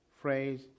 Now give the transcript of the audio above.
phrase